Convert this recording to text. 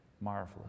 Marvelous